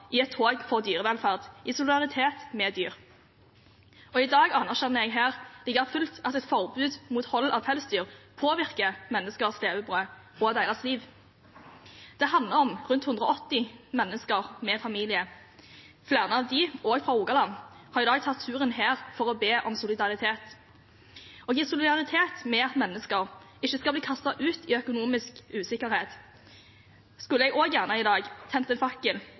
i et tog for dyrevelferd i solidaritet med dyr. I dag anerkjenner jeg her like fullt at et forbud mot hold av pelsdyr påvirker menneskers levebrød og deres liv. Det handler om rundt 180 mennesker med familier. Flere av dem, også fra Rogaland, har i dag tatt turen hit for å be om solidaritet. Og i solidaritet med mennesker som ikke skal bli kastet ut i økonomisk usikkerhet, skulle jeg også gjerne i dag hente fakkelen for det prinsippet. For vi trenger en